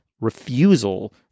refusal